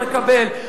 הוא מקבל.